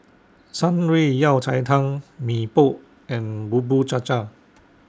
Shan Rui Yao Cai Tang Mee Pok and Bubur Cha Cha